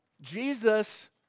Jesus